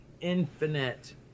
infinite